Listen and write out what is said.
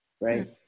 right